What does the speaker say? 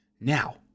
Now